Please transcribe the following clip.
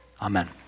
Amen